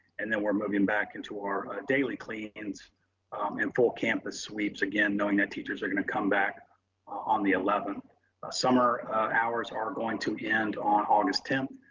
and then we're moving back into our daily cleans and full campus sweeps. again, knowing that teachers are gonna come back ah on the eleventh summer hours are going to end on august tenth.